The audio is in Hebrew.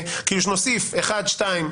כאילו שנוסיף 1 2,